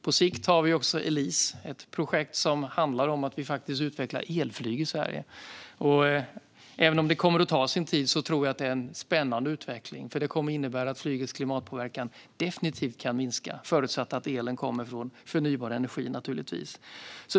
På sikt har vi också Elise, ett projekt som handlar om att utveckla elflyg i Sverige. Även om det kommer att ta sin tid är det en spännande utveckling. Det kommer att innebära att flygets klimatpåverkan definitivt kan minska - förutsatt att elen kommer från förnybar energi, naturligtvis.